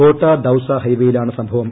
കോട്ട ദൌസ ഹൈവേയിലാണ് സംഭവം